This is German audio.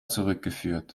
zurückgeführt